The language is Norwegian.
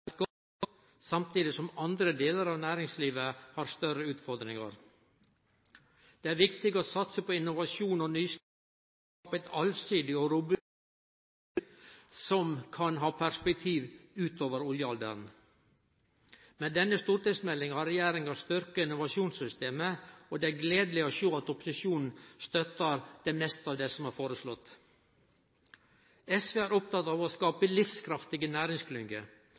samtidig som andre delar av næringslivet har større utfordringar. Det er viktig å satse på innovasjon og nyskaping for å skape eit allsidig og robust næringsliv som kan ha perspektiv utover oljealderen. Med denne stortingsmeldinga har regjeringa styrkt innovasjonssystemet, og det er gledeleg å sjå at opposisjonen støttar det meste av det som er foreslått. SV er oppteke av å skape livskraftige